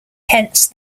hence